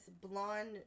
blonde